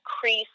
crease